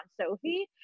Sophie